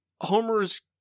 Homer's